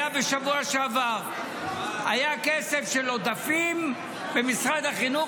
היה בשבוע שעבר כסף של עודפים במשרד החינוך